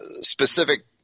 specific